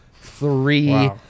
three